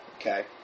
Okay